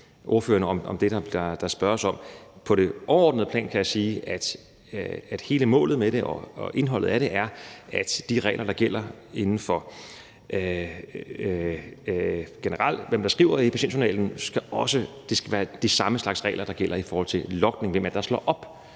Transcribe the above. ordføreren om det, der spørges om. På det overordnede plan kan jeg sige, at hele målet med det og indholdet af det er, at de regler, der generelt gælder for, hvem der skriver i patientjournalen, også skal gælde for logning, i forhold til hvem der slår op